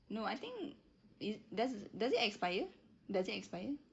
no I think it does does it expire does it expire